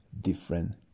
different